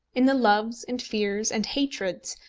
in the loves, and fears, and hatreds,